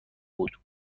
بود